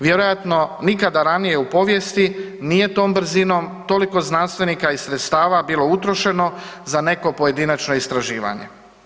Vjerojatno nikada ranije u povijesti nije tom brzinom toliko znanstvenika i sredstava bilo utrošeno za neko pojedinačno istraživanje.